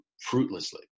fruitlessly